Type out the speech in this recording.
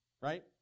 right